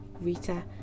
rita